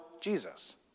Jesus